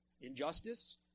injustice